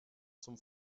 zum